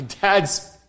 dad's